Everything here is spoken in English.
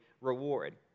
reward